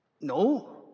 No